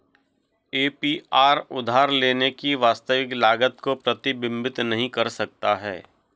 APR उधार लेने की वास्तविक लागत को प्रतिबिंबित नहीं कर सकता है